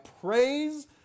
praise